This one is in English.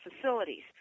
facilities